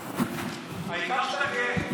ראש הממשלה החלופי.